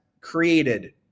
created